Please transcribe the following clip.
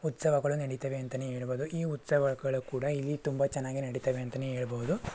ಉತ್ಸವಗಳು ನಡೀತವೆ ಅಂತಲೇ ಹೇಳಬಹುದು ಈ ಉತ್ಸವಗಳು ಕೂಡ ಇಲ್ಲಿ ತುಂಬ ಚೆನ್ನಾಗಿ ನಡೀತವೆ ಅಂತಲೇ ಹೇಳಬಹುದು